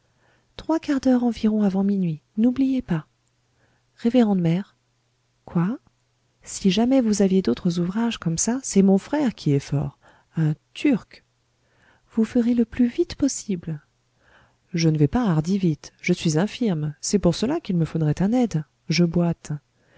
trois quarts d'heure environ avant minuit n'oubliez pas révérende mère quoi si jamais vous aviez d'autres ouvrages comme ça c'est mon frère qui est fort un turc vous ferez le plus vite possible je ne vais pas hardi vite je suis infirme c'est pour cela qu'il me faudrait un aide je boite